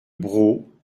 braux